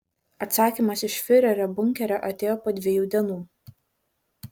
atsakymas iš fiurerio bunkerio atėjo po dviejų dienų